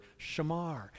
shamar